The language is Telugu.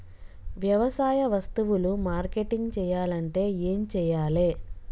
వ్యవసాయ వస్తువులు మార్కెటింగ్ చెయ్యాలంటే ఏం చెయ్యాలే?